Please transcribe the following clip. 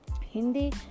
Hindi